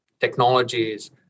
technologies